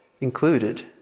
included